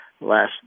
last